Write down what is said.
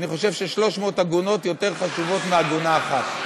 אני חושב ש-300 עגונות יותר חשובות מעגונה אחת.